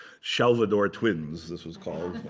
shelvador twins, this was called.